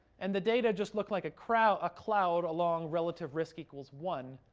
and the data just looked like a crowd a cloud along relative risk equals one,